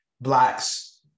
Blacks